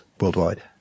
worldwide